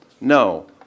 No